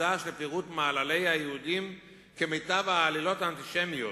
מוקדש לפירוט מעללי היהודים כמיטב העלילות האנטישמיות,